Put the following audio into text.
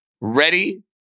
ready